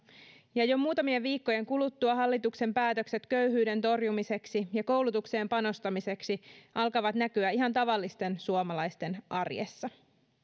jo muutamien viikkojen kuluttua hallituksen päätökset köyhyyden torjumiseksi ja koulutukseen panostamiseksi alkavat näkyä ihan tavallisten suomalaisten arjessa